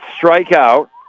strikeout